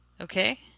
Okay